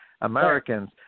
Americans